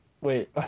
wait